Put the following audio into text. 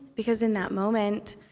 because in that moment,